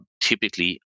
typically